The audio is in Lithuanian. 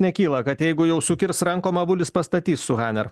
nekyla kad jeigu jau sukirs rankom avulis pastatys su haner